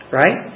right